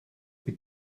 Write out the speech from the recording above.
wyt